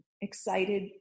excited